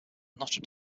notre